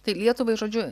tai lietuvai žodžiu